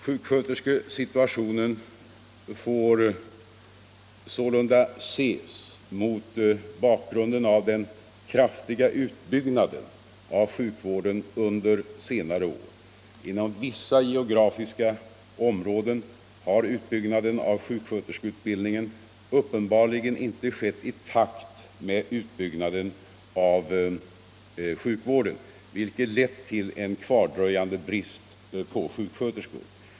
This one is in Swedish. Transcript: Sjuksköterskesituationen får ses mot bakgrund av den kraftiga utbyggnaden av sjukvården under senare år. Inom vissa geografiska områden har utbyggnaden av sjuksköterskeutbildningen uppenbarligen inte skett i takt med utbyggnaden av sjukvården, vilket lett till en kvardröjande brist på sjuksköterskor.